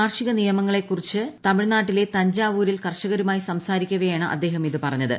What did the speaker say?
കാർഷിക നിയമങ്ങളെക്കുറിച്ച് തമിഴ്നാട്ടിലെ തഞ്ചാവൂരിൽ കർഷകരുമായി സംസാരിക്കവേയാണ് അദ്ദേഹം ഇതു പറഞ്ഞത്